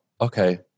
Okay